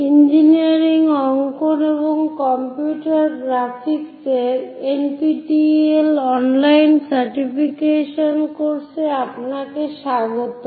engineering অঙ্কন এবং computer গ্রাফিক্সের এনপিটিইএল অনলাইন সার্টিফিকেশন কোর্সে আপনাকে স্বাগতম